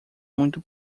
muito